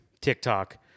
TikTok